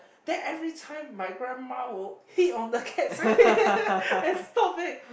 then every time my grandma will hit on the cat